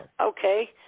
Okay